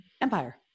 empire